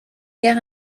guerre